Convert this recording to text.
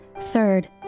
Third